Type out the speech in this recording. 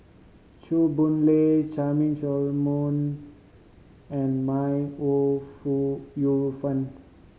Chew Boon Lay Charmaine Solomon and May Ooi Fu Yu Fen